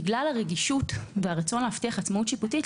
בגלל הרגישות והרצון להבטיח עצמאות שיפוטית,